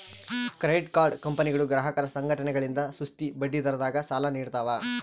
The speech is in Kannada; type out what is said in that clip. ಕ್ರೆಡಿಟ್ ಕಾರ್ಡ್ ಕಂಪನಿಗಳು ಗ್ರಾಹಕರ ಸಂಘಟನೆಗಳಿಂದ ಸುಸ್ತಿ ಬಡ್ಡಿದರದಾಗ ಸಾಲ ನೀಡ್ತವ